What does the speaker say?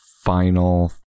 final